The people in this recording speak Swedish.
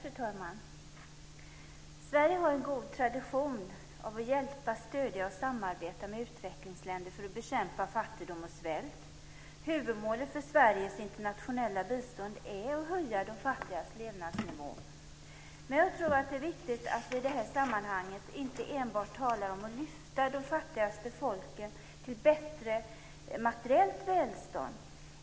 Fru talman! Sverige har en god tradition av att hjälpa, stödja och samarbeta med utvecklingsländer för att bekämpa fattigdom och svält. Huvudmålet för Sveriges internationella bistånd är att höja de fattigas levnadsnivå. Men jag tror att det är viktigt att vi i det här sammanhanget inte enbart talar om att lyfta de fattigaste folken till bättre materiellt välstånd.